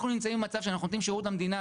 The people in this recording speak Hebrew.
אנחנו נמצאים במצב שאנחנו נותנים שירות למדינה,